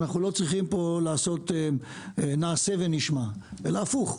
אנחנו לא צריכים לעשות כאן נעשה ונשמע אלא הפוך.